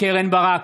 קרן ברק,